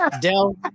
Dell